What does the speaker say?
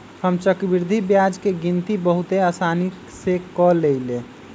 हम चक्रवृद्धि ब्याज के गिनति बहुते असानी से क लेईले